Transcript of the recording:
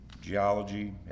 geology